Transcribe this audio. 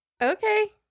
Okay